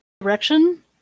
direction